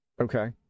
Okay